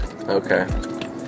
Okay